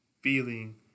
feeling